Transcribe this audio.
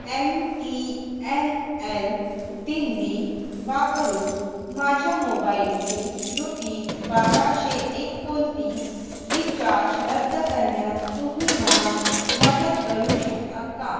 M T N L Delhi वापरून माझ्या मोबाईलची रुपीज बाराशे एकोणतीस रिचार्ज रद्द करण्यात तुम्ही मला मदत करू शकता का